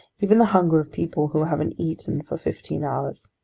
even the hunger of people who haven't eaten for fifteen hours.